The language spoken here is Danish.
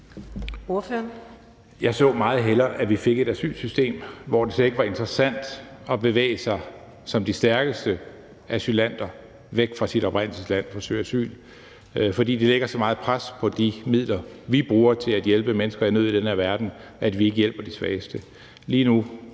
Jeg så meget hellere, at vi fik et asylsystem, hvor det slet ikke var interessant som stærk asylant at bevæge sig væk fra sit oprindelsesland for at søge asyl, for det lægger så stort et pres på de midler, vi bruger til at hjælpe mennesker i nød i den her verden, at vi ikke hjælper de svageste.